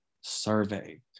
Survey